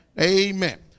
Amen